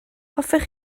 hoffech